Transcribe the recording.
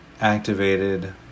activated